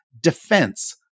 defense